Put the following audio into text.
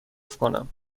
کنم